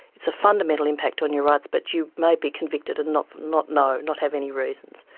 it's a fundamental impact on your rights, but you may be convicted and not not know, not have any reasons.